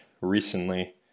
recently